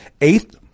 Eighth